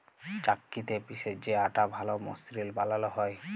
চাক্কিতে পিসে যে আটা ভাল মসৃল বালাল হ্যয়